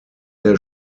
der